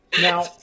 Now